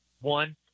One